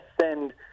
send –